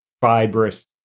fibrous